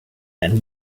and